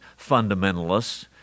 fundamentalists